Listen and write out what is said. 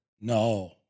No